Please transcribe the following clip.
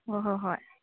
ꯍꯣꯏ ꯍꯣꯏ ꯍꯣꯏ